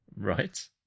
Right